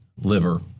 liver